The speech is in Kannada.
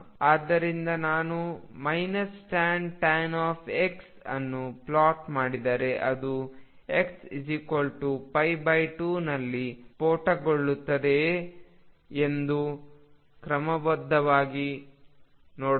ಆದ್ದರಿಂದ ನಾನು Xtan X ಅನ್ನು ಪ್ಲಾಟ್ ಮಾಡಿದರೆ ಅದು X2ನಲ್ಲಿ ಸ್ಫೋಟಗೊಳ್ಳುವಂತೆಯೇ ಇದು ಕ್ರಮಬದ್ಧವಾಗಿ ಹೋಗುತ್ತದೆ